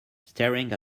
staring